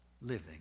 living